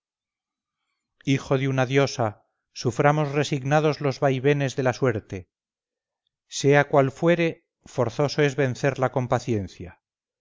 hijo de una diosa suframos resignados los vaivenes de la suerte sea cual fuere forzoso es vencerla con paciencia